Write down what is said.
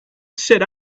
sit